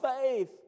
faith